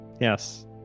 Yes